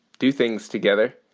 do things together.